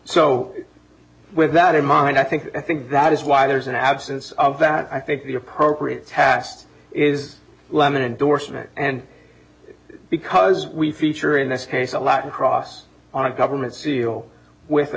so with that in mind i think i think that is why there's an absence of that i think the appropriate task is lemon endorsement and because we feature in this case a latin cross on a government seal with a